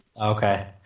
Okay